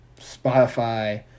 Spotify